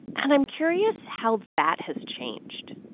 and i'm curious how that has changed